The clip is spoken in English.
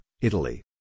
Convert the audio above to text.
Italy